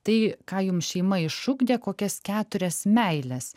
tai ką jums šeima išugdė kokias keturias meiles